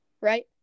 right